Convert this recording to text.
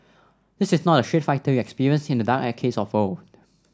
this is not the Street Fighter you experienced in the dark arcades of old